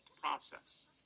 process